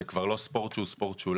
זה כבר לא ספורט שהוא ספורט שוליים.